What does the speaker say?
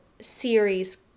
series